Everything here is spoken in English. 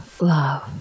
love